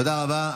תודה רבה.